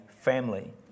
family